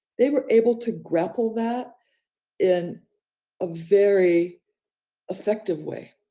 they were able to grapple that in a very effective way.